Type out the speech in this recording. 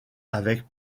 avec